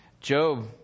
Job